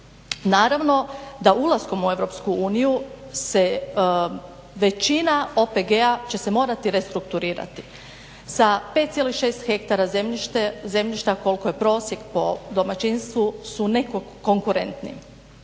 Naravno da ulaskom u EU se većina OPG-a će se morati restrukturirati sa 5,6 ha zemljišta koliko je prosjek po domaćinstvu su nekokonkurentni